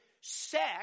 sex